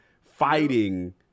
fighting